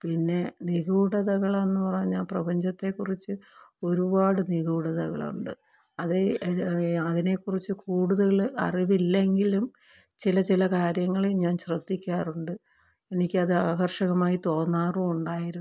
പിന്നെ നിഗൂഢതകളെന്നു പറഞ്ഞാല് പ്രപഞ്ചത്തെ കുറിച്ച് ഒരുപാട് നിഗൂഢതകളുണ്ട് അത് അതിനെ കുറിച്ച് കൂടുതല് അറിവില്ലെങ്കിലും ചില ചില കാര്യങ്ങള് ഞാൻ ശ്രദ്ധിക്കാറുണ്ട് എനിക്കത് ആകർഷകമായി തോന്നാറുമുണ്ടായിരുന്നു